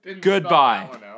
goodbye